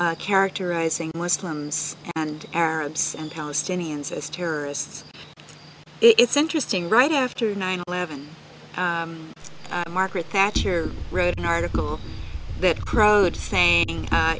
characterizing muslims and arabs and palestinians as terrorists it's interesting right after nine eleven margaret thatcher wrote an article that crowd saying